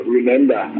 remember